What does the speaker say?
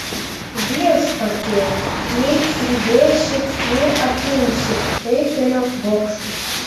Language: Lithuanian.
viešpatie nei pridėsi nei atimsi eifelio bokštas